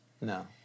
No